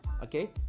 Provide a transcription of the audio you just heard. okay